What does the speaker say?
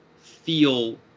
feel